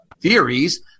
theories